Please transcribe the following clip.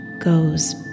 goes